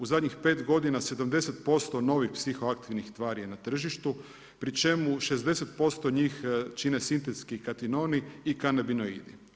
U zadnjih 5 godina 70% novih psihoaktivnih tvari je na tržištu, pri čemu 60% njih čine sintetski kanoni i kanebinoidi.